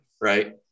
right